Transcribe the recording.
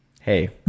hey